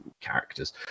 Characters